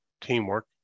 teamwork